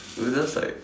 we just like